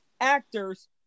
actors